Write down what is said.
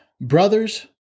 Brothers